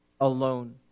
alone